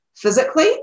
Physically